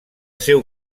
seu